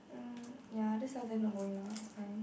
mm ya just tell them not going lah it's fine